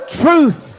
truth